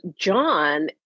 John